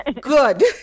Good